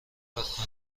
کنید